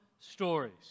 Stories